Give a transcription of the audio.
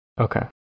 Okay